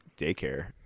daycare